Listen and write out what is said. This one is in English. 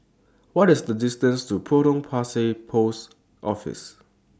What IS The distance to Potong Pasir Post Office